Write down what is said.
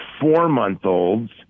four-month-olds